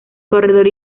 corredor